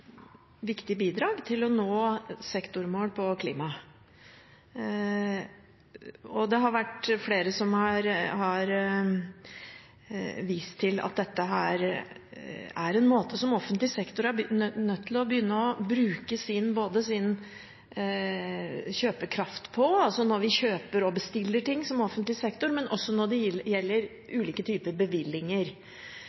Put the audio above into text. viktig bidrag for å nå sektormål på klimaområdet. Det er flere som har vist til at offentlig sektor er nødt til å begynne å bruke sin kjøpekraft på denne måten, altså når offentlig sektor kjøper og bestiller, men også når det gjelder